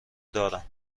دارم